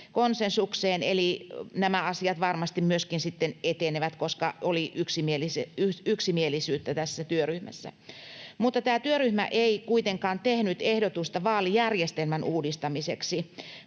konsensukseen, eli nämä asiat varmasti myöskin sitten etenevät, koska oli yksimielisyyttä tässä työryhmässä. Tämä työryhmä ei kuitenkaan tehnyt ehdotusta vaalijärjestelmän uudistamiseksi,